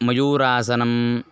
मयूरासनम्